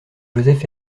joseph